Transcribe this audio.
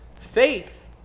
Faith